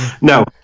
No